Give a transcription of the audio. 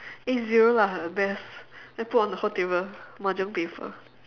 A zero lah best then put on the whole table mahjong paper